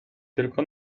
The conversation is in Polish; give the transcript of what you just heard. tylko